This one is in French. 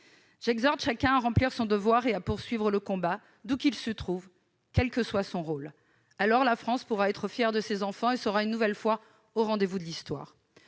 J'exhorte chacun à remplir son devoir et à poursuivre le combat, où qu'il se trouve, quel que soit son rôle. Alors, la France pourra être fière de ses enfants et sera une nouvelle fois au rendez-vous de l'histoire.